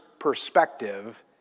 perspective